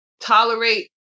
tolerate